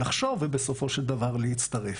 לחשוב ובסופו של דבר להצטרף.